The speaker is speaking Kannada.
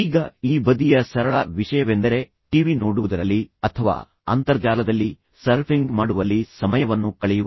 ಈಗ ಈ ಬದಿಯ ಸರಳ ವಿಷಯವೆಂದರೆ ಟಿವಿ ನೋಡುವುದರಲ್ಲಿ ಅಥವಾ ಅಂತರ್ಜಾಲದಲ್ಲಿ ಸರ್ಫಿಂಗ್ ಮಾಡುವಲ್ಲಿ ಸಮಯವನ್ನು ಕಳೆಯುವುದು